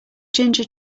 ginger